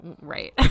right